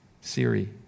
Siri